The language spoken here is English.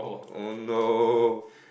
oh no